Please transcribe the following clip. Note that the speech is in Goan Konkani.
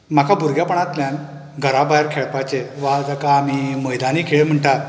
म्हाका भुरगेपणांतल्यान घरा भायर खेळपाचे वा जाका आमी मैदानीक खेळ म्हणटा